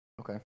Okay